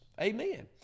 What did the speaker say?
Amen